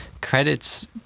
credits